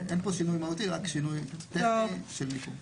אין פה שינוי מהותי, רק שינוי טכני של מיקום.